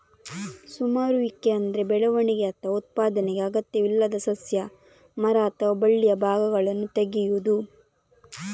ಸಮರುವಿಕೆ ಅಂದ್ರೆ ಬೆಳವಣಿಗೆ ಅಥವಾ ಉತ್ಪಾದನೆಗೆ ಅಗತ್ಯವಿಲ್ಲದ ಸಸ್ಯ, ಮರ ಅಥವಾ ಬಳ್ಳಿಯ ಭಾಗಗಳನ್ನ ತೆಗೆಯುದು